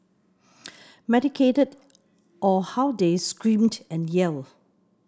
medicated or how they screamed and yelled